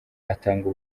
atanga